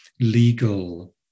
legal